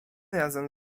razem